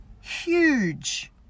huge